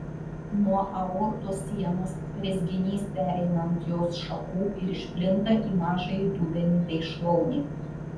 nuo aortos sienos rezginys pereina ant jos šakų ir išplinta į mažąjį dubenį bei šlaunį